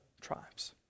tribes